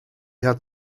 had